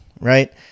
right